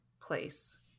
place